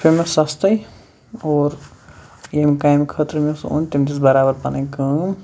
سُہ پیو مےٚ سستے اور ییٚمہِ خٲطرٕ مےٚ سُہ اوٚن تٔمۍ دِژ برابر پنٕنۍ کٲم